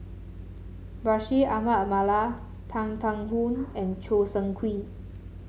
Bashir Ahmad Mallal Tan Thuan Heng and Choo Seng Quee